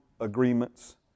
agreements